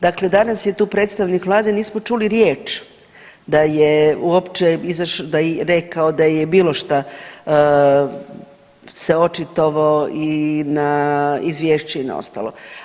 Dakle, danas je tu predstavnik vlade nismo čuli riječ da je uopće izašao, da je rekao da je bilo šta se očitovao i na izvješće i na ostalo.